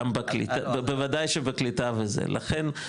בוודאי שבקליטה וזה ולכן,